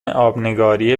آبنگاری